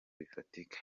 bifatika